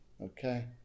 okay